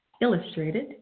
illustrated